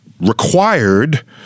required